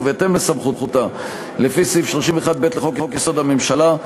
ובהתאם לסמכותה לפי סעיף 31(ב) לחוק-יסוד: הממשלה,